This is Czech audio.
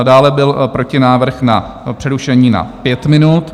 Dále byl protinávrh na přerušení na pět minut.